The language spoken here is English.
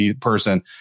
person